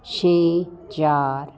ਛੇ ਚਾਰ